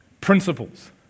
principles